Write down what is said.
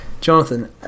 Jonathan